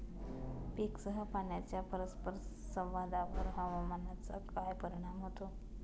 पीकसह पाण्याच्या परस्पर संवादावर हवामानाचा काय परिणाम होतो?